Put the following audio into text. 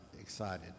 excited